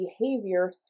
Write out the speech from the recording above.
behavior